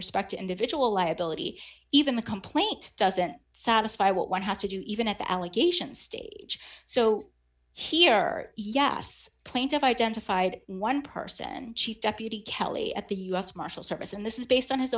respect to individual liability even the complaint doesn't satisfy what one has to do even if the allegations stage so here yes plaintiff identified one person chief deputy kelly at the u s marshal service and this is based on his